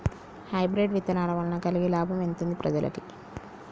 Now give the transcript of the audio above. Hybrid విత్తనాల వలన కలిగే లాభం ఎంతుంది ప్రజలకి?